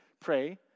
Pray